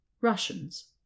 Russians